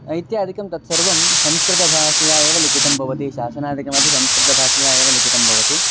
इत्यादिकं तत्सर्वं संस्कृतभाषया एव लिखितं भवति शासनादिकमपि संस्कृतभाषया एव लिखितं भवति